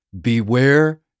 Beware